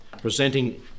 presenting